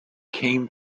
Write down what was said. came